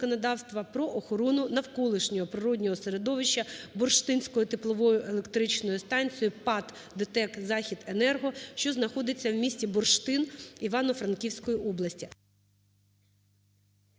про охорону навколишнього природного середовищаБурштинською тепловою електричною станцією ПАТ "ДТЕК ЗАХІДЕНЕРГО", що знаходиться в місті Бурштин Івано-Франківської області.